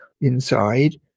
inside